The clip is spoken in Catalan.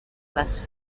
les